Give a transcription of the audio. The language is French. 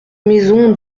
maisons